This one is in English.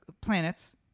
planets